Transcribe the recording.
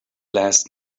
last